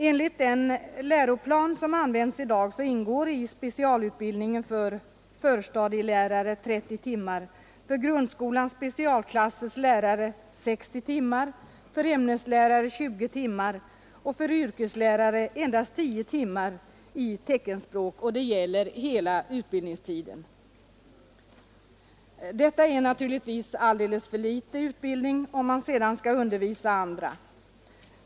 Enligt den läroplan som används i dag ingår i specialutbildningen för förstadielärare 30 timmar, för grundskolans specialklassers lärare 60 timmar, för ämneslärare 20 timmar och för yrkeslärare endast 10 timmar. Och det gäller hela utbildningstiden. Detta är naturligtvis en alldeles för kort utbildning om man sedan skall undervisa andra.